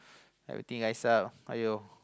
everything rise up !aiyo!